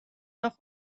noch